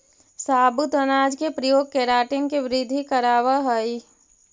साबुत अनाज के प्रयोग केराटिन के वृद्धि करवावऽ हई